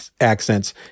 accents